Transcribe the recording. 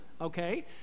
Okay